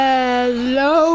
Hello